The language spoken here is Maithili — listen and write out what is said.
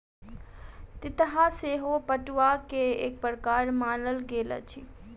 तितहा सेहो पटुआ के एक प्रकार मानल गेल अछि